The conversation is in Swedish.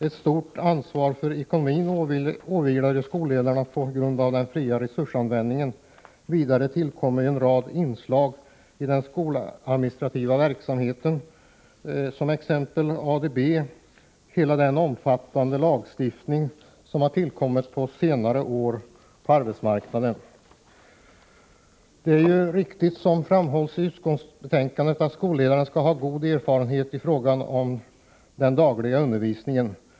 Ett stort ansvar för ekonomin åvilar skolledarna på grund av den fria resurstilldelningen. Vidare har en rad nya inslag tillkommit i den skoladministrativa verksamheten, t.ex. ADB och den under senare år utvidgade lagstiftningen på arbetsmarknadens område. Det är riktigt, som framhålls i utskottsbetänkandet, att skolledaren skall ha god erfarenhet i fråga om den dagliga undervisningen.